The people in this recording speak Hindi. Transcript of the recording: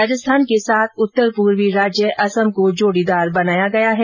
राजस्थान के साथ उत्तर पूर्वी राज्य असम को जोडीदार बनाया गया है